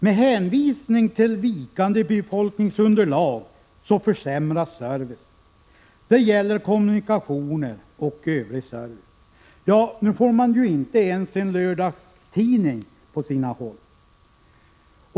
Med hänvisning till vikande befolkningsunderlag försämras servicen. Det gäller kommunikationer och övrig service. På vissa håll får man inte ens sin lördagstidning.